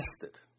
tested